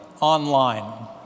online